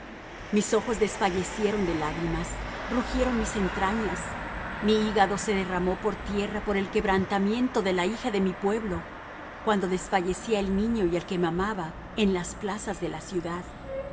mis ojos desfallecieron de lágrimas rugieron mis entrañas mi hígado se derramó por tierra por el quebrantamiento de la hija de mi pueblo cuando desfallecía el niño y el que mamaba en las plazas de la ciudad